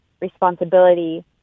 responsibility